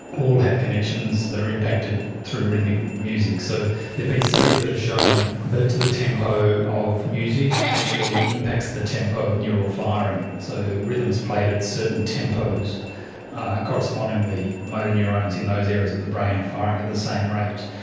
all have connections that are impacted through rhythmic music. so there have been studies that have shown that the tempo of music actually impacts the tempo of neural firing, so rhythms played at certain tempos are correspondingly motor neurons in those areas of the brain are firing at the same rate.